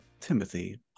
Timothy